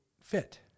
fit